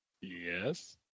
Yes